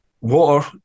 water